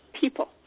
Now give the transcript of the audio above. people